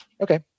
Okay